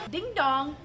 Ding-dong